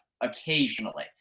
occasionally